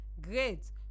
Great